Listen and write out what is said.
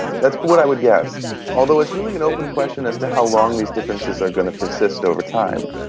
that's what i would guess, although it's really an open question as to how long these differences are going to persist over time.